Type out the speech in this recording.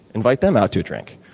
invite them out to a drink.